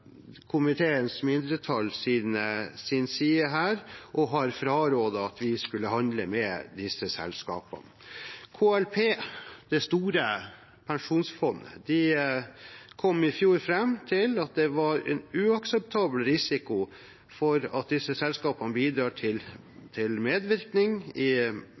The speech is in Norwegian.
komiteens mindretall sin side her og har frarådet at vi skal handle med disse selskapene. KLP, det store pensjonsfondet, kom i fjor fram til at det var en uakseptabel risiko for at disse selskapene bidrar til medvirkning til menneskerettsbrudd og i